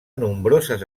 nombroses